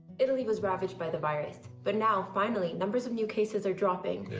italy was ravaged by the virus, but, now, finally, numbers of new cases are dropping.